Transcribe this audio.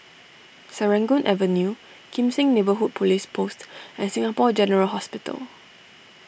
Serangoon Avenue Kim Seng Neighbourhood Police Post and Singapore General Hospital